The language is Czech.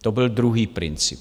To byl druhý princip.